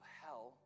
hell